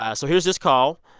ah so here's this call,